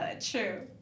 True